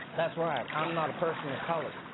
that's right. i'm not a person of color.